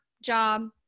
job